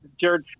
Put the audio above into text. Jared